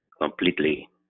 completely